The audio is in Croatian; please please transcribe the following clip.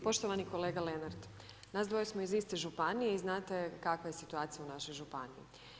Poštovani kolega Lenart, nas dvoje smo iz iste županije i znate kakva je situacija u našoj županiji.